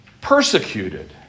persecuted